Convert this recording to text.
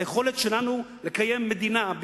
ראיתי את בחורינו הצעירים קרועים,